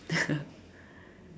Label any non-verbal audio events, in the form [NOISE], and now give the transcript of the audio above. [LAUGHS]